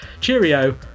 Cheerio